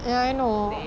ya I know